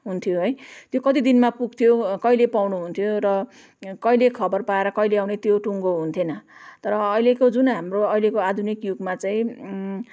हुन्थ्यो है त्यो कति दिनमा पुग्थ्यो कहिले पाउनुहुन्थ्यो र कहिले खबर पाएर कहिले आउने त्यो टुङ्गो हुन्थेन तर अहिलेको जुन हाम्रो अहिलेको आधुनिक युगमा चाहिँ